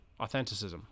authenticism